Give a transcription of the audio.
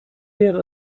wäre